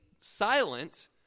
silent